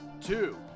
two